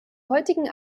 heutigen